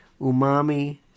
Umami